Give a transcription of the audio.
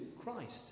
Christ